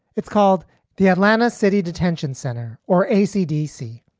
it's called the atlanta city detention center, or ac dc.